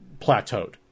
plateaued